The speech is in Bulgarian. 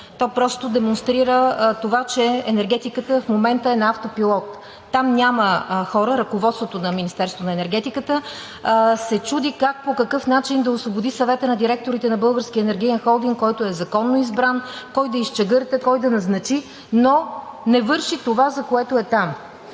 то просто демонстрира това, че енергетиката в момента е на автопилот. Там няма хора, а ръководството на Министерството на енергетиката се чуди как и по какъв начин да освободи Съвета на директорите на Българския енергиен холдинг, който е законно избран, кой да изчегърта, кой да назначи, но не върши това, за което е там.